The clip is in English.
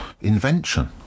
invention